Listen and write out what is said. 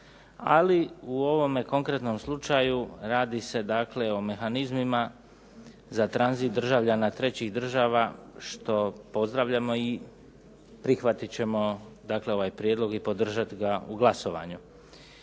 ali u ovome konkretnom slučaju radi se dakle o mehanizmima za tranzit državljana trećih država što pozdravljamo i prihvatit ćemo ovaj prijedlog i podržat ga u glasovanju.